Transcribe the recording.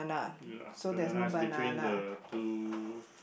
ya banana is between the blue